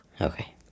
Okay